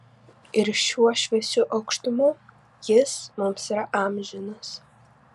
ir šiuo šviesiu aukštumu jis mums yra amžinas